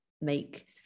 make